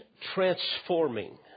transforming